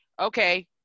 okay